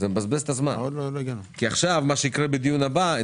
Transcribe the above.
הרי מה שיקרה בדיון הבא,